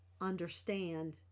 understand